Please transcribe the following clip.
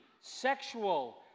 sexual